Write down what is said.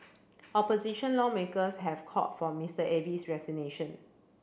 opposition lawmakers have called for Mister Abe's resignation